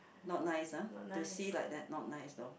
not nice ah to see like that not nice though